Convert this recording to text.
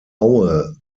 aue